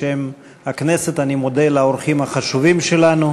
בשם הכנסת אני מודה לאורחים החשובים שלנו.